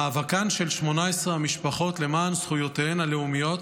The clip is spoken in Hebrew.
מאבקן של 18 המשפחות למען זכויותיהן הלאומיות